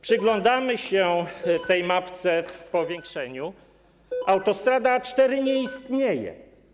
Przyglądamy się tej mapce w powiększeniu - autostrada A4 nie istnieje.